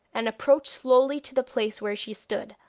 and approached slowly to the place where she stood,